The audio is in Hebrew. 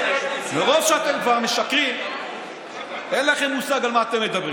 מרוב שאתם משקרים אין לכם מושג על מה אתם מדברים,